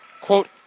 quote